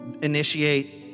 initiate